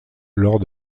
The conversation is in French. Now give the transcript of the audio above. lors